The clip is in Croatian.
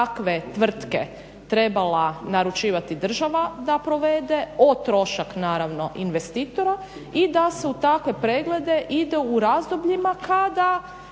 takve tvrtke trebala naručivati država da provede o trošak naravno investitora i da se u takve preglede ide u razdobljima kada